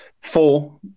four